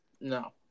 No